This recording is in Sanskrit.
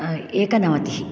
एकनवतिः